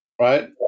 right